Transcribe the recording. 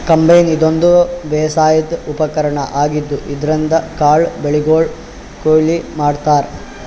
combine ಇದೊಂದ್ ಬೇಸಾಯದ್ ಉಪಕರ್ಣ್ ಆಗಿದ್ದ್ ಇದ್ರಿನ್ದ್ ಕಾಳ್ ಬೆಳಿಗೊಳ್ ಕೊಯ್ಲಿ ಮಾಡ್ತಾರಾ